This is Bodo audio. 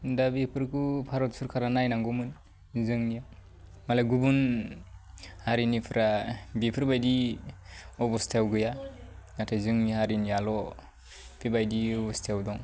दा बेफोरखौ भारत सरकारा नायनांगौमोन जोंनिया मालाय गुबुन हारिनिफ्रा बेफोरबायदि अब'स्थायाव गैया नाथाय जोंनि हारिनियाल' बेबायदि अब'स्थायाव दं